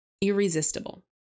irresistible